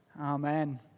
Amen